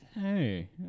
Hey